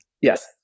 Yes